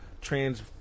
trans